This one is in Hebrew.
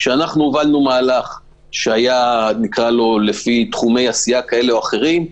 כשהובלנו מהלך שהיה לפי תחומי עשייה כאלה ואחרים,